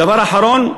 דבר אחרון,